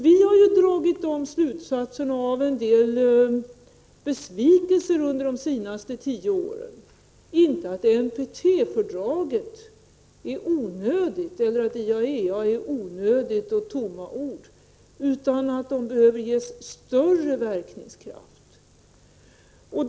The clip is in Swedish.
Vi har dragit vissa slutsatser av en del besvikelser under de senaste tio åren —-inte att NPT-fördraget är onödigt eller att IAEA-kontrollen är onödig och att de bara består av tomma ord, utan att de behöver ges större verkningskraft.